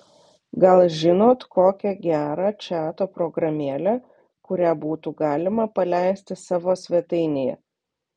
gal žinot kokią gerą čato programėlę kurią būtų galima paleisti savo svetainėje